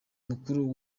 mukuru